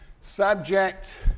Subject